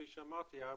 כפי שאמרתי,